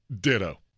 ditto